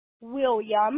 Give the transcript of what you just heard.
william